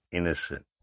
innocent